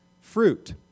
fruit